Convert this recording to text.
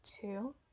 Two